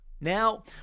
Now